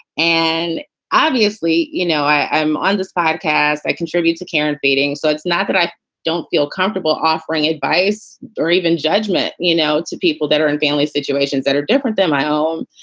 and obviously, you know, i'm on this five i contribute to karen feting. so it's not that i don't feel comfortable offering advice or even judgment, you know, to people that are in family situations that are different than my own.